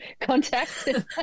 contact